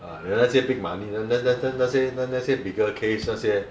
ah then 那些 big money 那那那那那些那那些 bigger case 那些